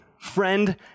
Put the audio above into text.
friend